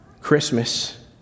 Christmas